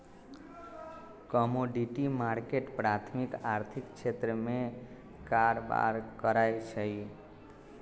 commodity market प्राथमिक आर्थिक क्षेत्र में कारबार करै छइ